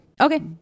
Okay